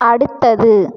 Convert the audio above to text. அடுத்தது